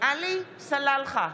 עלי סלאלחה,